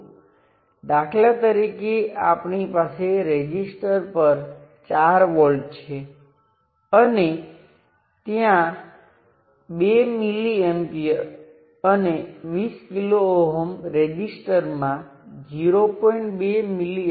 અને જો સર્કિટ રેખીય છે કે જેમાં માત્ર રેઝિસ્ટર અને કંટ્રોલ સોર્સ હોય તો અહીં જોતા તે કેવો દેખાય છે ત્યાં અમુક મૂલ્યનો રેઝિસ્ટર છે કેટલોક સમકક્ષ રેઝિસ્ટન્સ હું તેને Req કહીશ